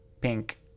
pink